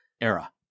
era